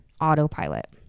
autopilot